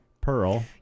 Pearl